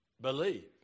believe